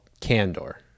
Candor